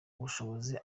ubushobozi